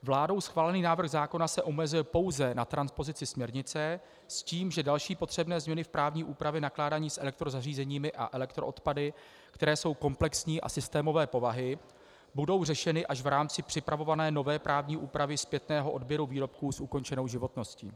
Vládou schválený návrh zákona se omezuje pouze na transpozici směrnice s tím, že další potřebné změny v právní úpravě nakládání s elektrozařízeními a elektroodpady, které jsou komplexní a systémové povahy, budou řešeny až v rámci připravované nové právní úpravy zpětného odběru výrobků s ukončenou životností.